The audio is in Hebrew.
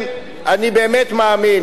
ואנחנו רואים